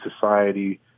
society